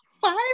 five